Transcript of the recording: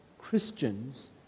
Christians